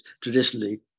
traditionally